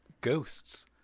ghosts